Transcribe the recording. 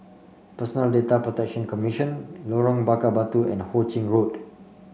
Personal Data Protection Commission Lorong Bakar Batu and Ho Ching Road